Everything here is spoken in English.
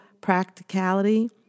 practicality